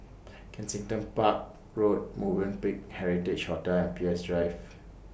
Kensington Park Road Movenpick Heritage Hotel and Peirce Drive